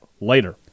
later